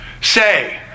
say